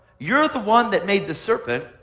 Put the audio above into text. you're the one that made the serpent,